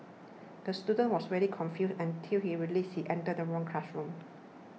the student was very confused until he realised he entered the wrong classroom